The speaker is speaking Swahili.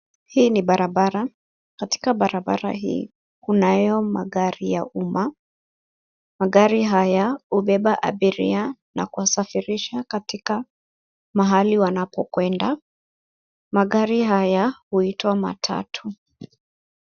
Hii ni barabara, katika barabara hii kunayo magari ya umma magari haya hubeba abiria na kusafirisha katika mahali wanapokwenda. Magari haya huitwa matatu.